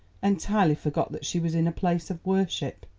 entirely forgot that she was in a place of worship.